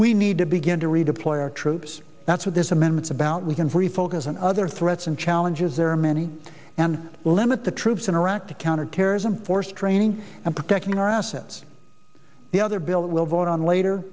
we need to begin to redeploy our troops that's what this amendments about we can refocus on other threats and challenges there are many and limit the troops in iraq to counterterrorism force training and protecting our assets the other bill that will vote on later